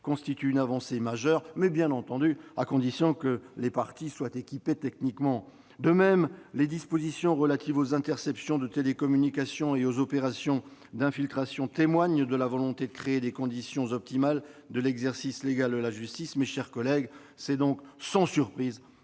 constitue une avancée majeure, mais à la condition, bien entendu, que les parties soient équipées techniquement. De même, les dispositions relatives aux interceptions de télécommunications et aux opérations d'infiltrations témoignent de la volonté de tendre vers des conditions optimales de l'exercice légal de la justice. Mes chers collègues, c'est donc sans surprise